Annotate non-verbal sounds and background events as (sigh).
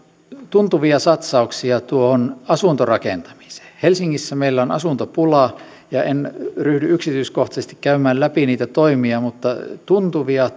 tuntuvia satsauksia asuntorakentamiseen helsingissä meillä on asuntopula ja en ryhdy yksityiskohtaisesti käymään läpi niitä toimia mutta tuntuvia (unintelligible)